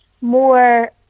more